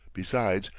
besides,